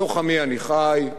בתוך עמי אני חי,